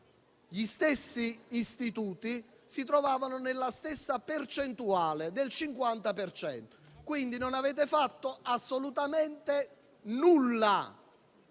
gli stessi istituti si trovavano nella stessa percentuale (50 per cento), quindi non avete fatto assolutamente nulla